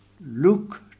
Look